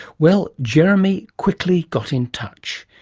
well, jeremy quickly got in touch.